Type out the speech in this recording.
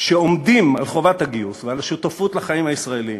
שעומדים על חובת הגיוס ועל השותפות לחיים הישראליים,